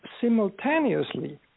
simultaneously